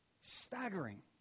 Staggering